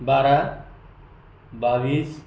बारा बावीस